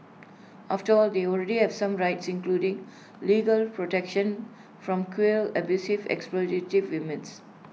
after all they already have some rights including legal protection from cruel abusive exploitative humans